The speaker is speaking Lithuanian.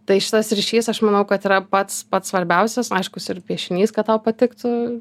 tai šitas ryšys aš manau kad yra pats pats svarbiausias o aiškus ir piešinys kad tau patiktų